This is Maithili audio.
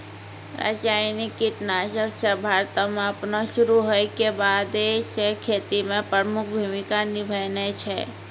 रसायनिक कीटनाशक सभ भारतो मे अपनो शुरू होय के बादे से खेती मे प्रमुख भूमिका निभैने छै